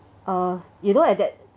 uh you know at that